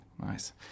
Nice